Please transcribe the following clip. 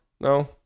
No